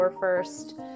first